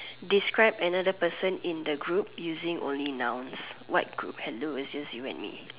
describe another person in the group using only nouns what group hello it's just you and me